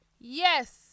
Yes